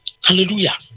Hallelujah